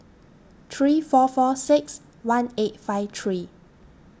three four four six one eight five three